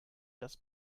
das